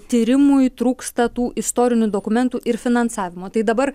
tyrimui trūksta tų istorinių dokumentų ir finansavimo tai dabar